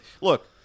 look